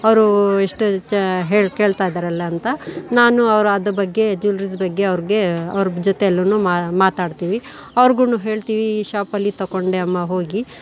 ಅವರು ಎಷ್ಟು ಕೇಳ್ತಾಯಿದರಲ್ಲ ಅಂತ ನಾನು ಅವರ ಅದು ಬಗ್ಗೆ ಜ್ಯುಲ್ರಿಸ್ ಬಗ್ಗೆ ಅವ್ರಿಗೆ ಅವ್ರ ಜೊತೆಯಲ್ಲೂನು ಮಾ ಮಾತಾಡ್ತೀವಿ ಅವ್ರಿಗೂನು ಹೇಳ್ತೀವಿ ಈ ಶಾಪಲ್ಲಿ ತೊಗೊಂಡೆ ಅಮ್ಮ ಹೋಗಿ